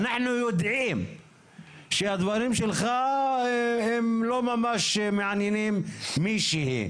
אנחנו יודעים שהדברים שלך הם לא ממש מעניינים מישהו,